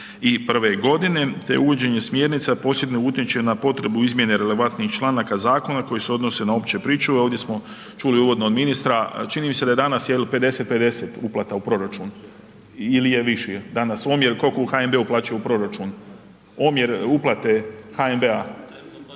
2021.g., te uvođenje smjernica posebno utječe na potrebu izmjene relevantnih članaka zakona koji se odnose na opće pričuve, ovdje smo čuli uvodno od ministra, čini mi se da je danas jel 50:50 uplata u proračun ili je viši danas omjer, kolko u HNB-u uplaćuju u proračun, omjer uplate HNB-a